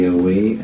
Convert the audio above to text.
away